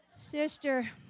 Sister